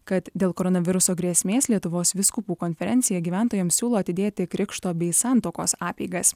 kad dėl koronaviruso grėsmės lietuvos vyskupų konferencija gyventojams siūlo atidėti krikšto bei santuokos apeigas